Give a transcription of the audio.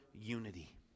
unity